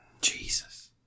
Jesus